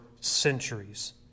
centuries